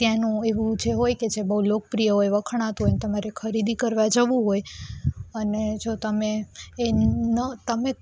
ત્યાંનું એવું જે હોય કે જે બહુ લોકપ્રિય હોય વખણાતું હોય તમારે ખરીદી કરવા જવું હોય અને જો તમે એ તમે